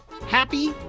Happy